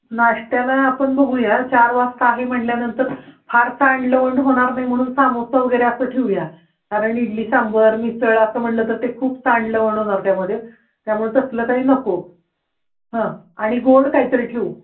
नाश्त्याला आपण बघूया चार वाजता आहे म्हणल्यानंतर फार सांडलवंड होणार नाही म्हणून समोसा वगैरे असं ठेवूया कारण इडली सांबार मिसळ असं म्हणलं तर ते खूप सांडलवंड होणार त्यामध्ये त्यामुळे तसलं काही नको हं आणि गोड काहीतरी ठेऊ